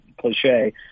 cliche